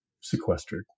sequestered